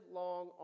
long